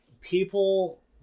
people